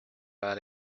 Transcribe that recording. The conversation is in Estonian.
ajal